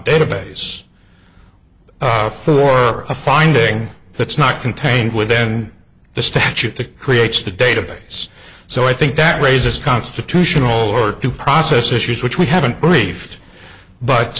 database for a finding that's not contained within the statute to creates the database so i think that raises constitutional or two process issues which we haven't briefed but